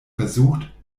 versucht